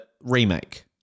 remake